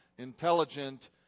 Intelligent